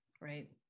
Right